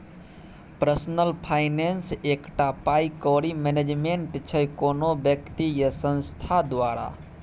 personal finance एकटा पाइ कौड़ी मैनेजमेंट छै कोनो बेकती या संस्थान द्वारा